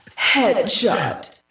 headshot